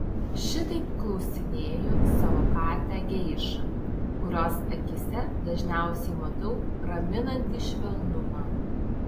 šitaip klausinėju savo katę geišą kurios akyse dažniausiai matau raminantį švelnumą